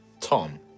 Tom